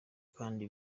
kandi